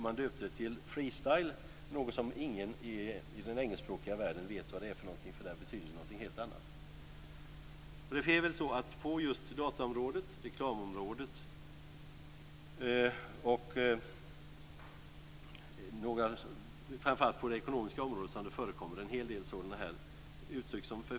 Man döpte det till freestyle - något som ingen i den engelskspråkiga världen vet vad det är eftersom det betyder något helt annat där. Det är just på dataområdet, reklamområdet och framför allt på det ekonomiska området som en hel del sådana här uttryck förekommer.